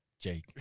Jake